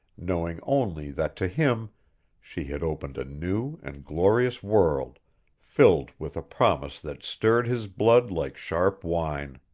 knowing only that to him she had opened a new and glorious world filled with a promise that stirred his blood like sharp wine.